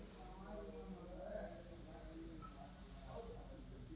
ಹೆಚ್ಚಾಗಿ ಕಾಫಿ ಗಿಡಗಳನ್ನಾ ಇಳಿಜಾರಿನ ಪ್ರದೇಶದಲ್ಲಿ ಬೆಳೆಯಬೇಕು